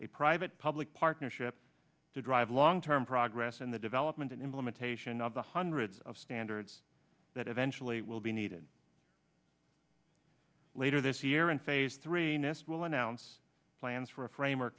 a private public partnership to drive law long term progress in the development and implementation of the hundreds of standards that eventually will be needed later this year in phase three nist will announce plans for a framework